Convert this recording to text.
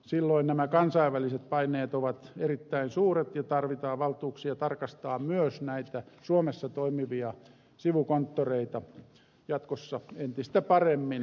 silloin nämä kansainväliset paineet ovat erittäin suuret ja tarvitaan valtuuksia tarkastaa myös näitä suomessa toimivia sivukonttoreita jatkossa entistä paremmin